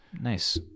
Nice